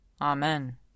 Amen